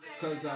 cause